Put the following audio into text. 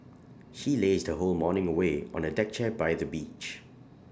she lazed whole morning away on A deck chair by the beach